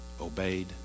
obeyed